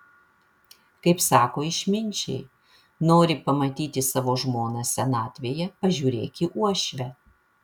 kaip sako išminčiai nori pamatyti savo žmoną senatvėje pažiūrėk į uošvę